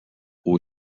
aux